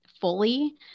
fully